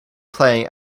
playing